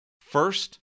First